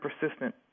persistent